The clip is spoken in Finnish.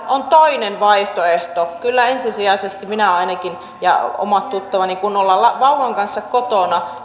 on toinen vaihtoehto kyllä ensisijaisesti minä ainakin ja omat tuttavani kaipaamme sitä kotipalvelua kun ollaan vauvan kanssa kotona